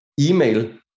email